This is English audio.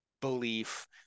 belief